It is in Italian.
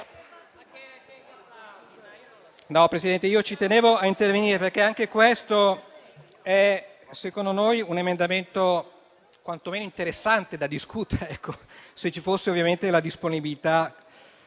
Presidente, ci tenevo a intervenire perché anche questo è, secondo noi, un emendamento quantomeno interessante da discutere, se ci fosse ovviamente la disponibilità